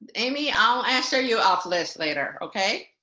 amy, i'll answer you off list later, okay?